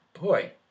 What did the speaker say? Boy